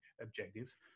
objectives